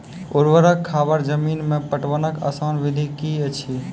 ऊवर खाबड़ जमीन मे पटवनक आसान विधि की ऐछि?